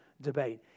debate